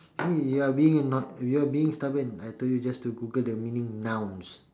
see you are being anno~ you are being stubborn I told you just to Google the meaning nouns